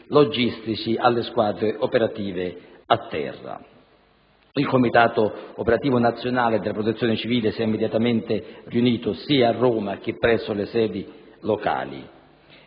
logistici alle squadre operative a terra. Il Comitato operativo nazionale della Protezione civile si è immediatamente riunito, sia a Roma che presso le sedi locali,